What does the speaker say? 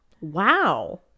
Wow